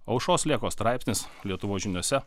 aušros lėkos straipsnis lietuvos žiniose